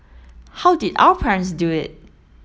how did our parents do it